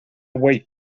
weight